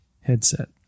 headset